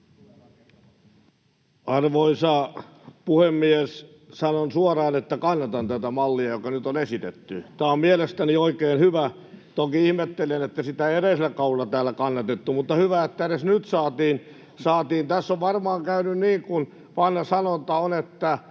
Arvoisa puhemies! Sanon suoraan, että kannatan tätä mallia, jota nyt on esitetty. [Vasemmalta: Hyvä!] Tämä on mielestäni oikein hyvä. Toki ihmettelen, että sitä ei edellisellä kaudella täällä kannatettu, mutta hyvä, että edes nyt saatiin. Tässä on varmaan käynyt niin kuin vanha sanonta on, että